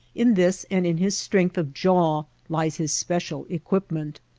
in this and in his strength of jaw lies his special equipment.